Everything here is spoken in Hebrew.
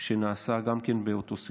שנעשה גם כן באותו סכסוך.